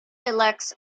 elects